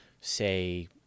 say